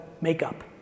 makeup